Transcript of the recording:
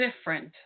Different